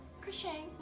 crocheting